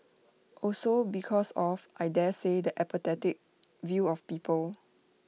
also because of I daresay the apathetic view of people